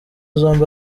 zombi